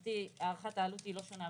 להבנתי הערכת העלות היא לא שונה,